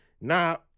Now